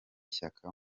shyaka